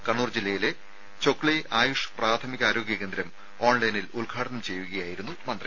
കണ്ണൂർ ജില്ലയിലെ ചൊക്ലി ആയുഷ് പ്രാഥമിക ആരോഗ്യകേന്ദ്രം ഓൺലൈനിൽ ഉദ്ഘാടനം ചെയ്യുകയായിരുന്നു മന്ത്രി